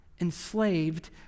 enslaved